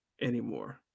anymore